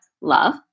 Love